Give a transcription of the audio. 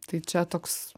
tai čia toks